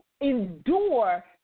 endure